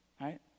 Right